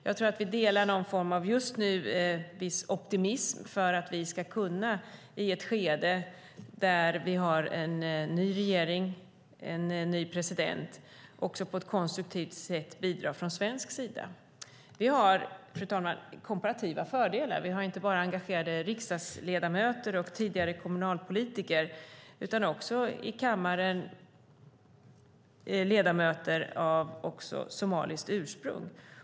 Jag tror att vi just nu delar någon form av optimism för att vi i ett skede då det finns en ny regering och en ny president på ett konstruktivt sätt ska kunna bidra från svensk sida. Vi har komparativa fördelar. Vi har inte bara engagerade riksdagsledamöter och tidigare kommunalpolitiker. I kammaren har vi även ledamöter med somaliskt ursprung.